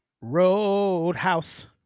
Roadhouse